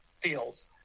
fields